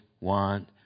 want